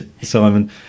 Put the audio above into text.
Simon